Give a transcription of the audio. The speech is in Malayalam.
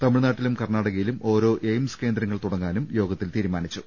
തമിഴ്നാട്ടിലും കർണ്ണാ ടകയിലും ഓരോ എയിംസ് കേന്ദ്രങ്ങൾ തുടങ്ങാനും യോഗത്തിൽ തീരുമാനിച്ചു